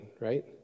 right